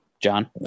John